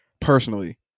personally